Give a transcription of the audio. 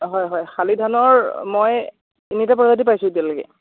হয় হয় শালি ধানৰ মই তিনিটা প্ৰজাতি পাইছো এতিয়ালৈকে